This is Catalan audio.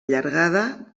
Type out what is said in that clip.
llargada